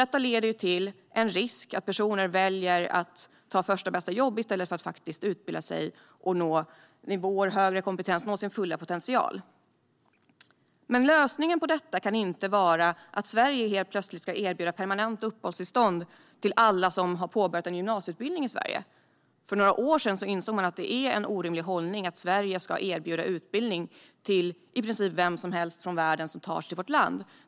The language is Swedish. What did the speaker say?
Detta leder till en risk för att personer väljer att ta första bästa jobb i stället för att utbilda sig och nå högre kompetens, nå sin fulla potential. Lösningen på det kan dock inte vara att Sverige helt plötsligt ska erbjuda permanenta uppehållstillstånd till alla som har påbörjat en gymnasieutbildning i Sverige. För några år sedan insåg man att det var orimligt att Sverige ska erbjuda utbildning till i princip vem som helst i världen som tar sig till vårt land.